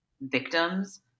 victims